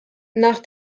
nach